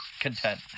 content